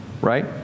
Right